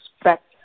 expect